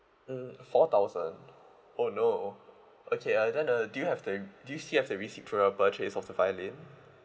mm four thousand oh no okay uh then uh do you have the do you still have the receipt for your purchase of the violin